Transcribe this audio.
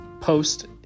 post